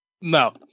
No